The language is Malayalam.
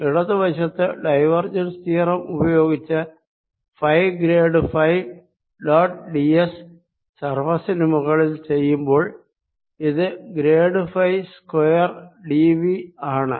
ഇടതു വശത്ത് ഡൈവേർജെൻസ് തിയറം ഉപയോഗിച്ച് phi grad phi dot d s സർഫേസിനു മുകളിൽ ചെയ്യുമ്പോൾ ഇത് grad phi square d V ആണ്